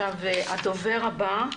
הדובר הבא,